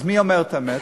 אז מי אומר את האמת?